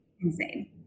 Insane